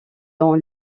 dont